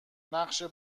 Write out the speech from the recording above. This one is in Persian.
نقشه